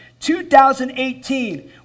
2018